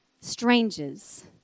strangers